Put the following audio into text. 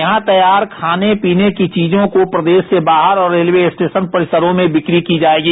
यहां तैयार खाने पीने की चीजों को प्रदेश से बाहर और रेलवे स्टेशन परिसरों में बिक्री की जायेगी